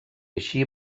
així